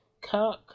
Kirk